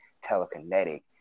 telekinetic